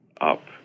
up